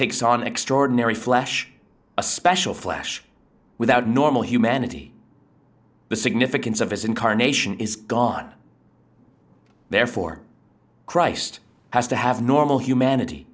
takes on extraordinary flesh a special flash without normal humanity the significance of his incarnation is gone therefore christ has to have normal humanity